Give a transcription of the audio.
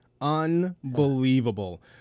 Unbelievable